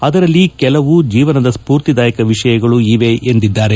ಅದರಲ್ಲಿ ಕೆಲವು ಜೀವನದ ಸ್ಪೂರ್ತಿದಾಯಕ ವಿಷಯಗಳೂ ಇವೆ ಎಂದಿದ್ದಾರೆ